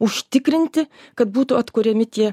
užtikrinti kad būtų atkuriami tie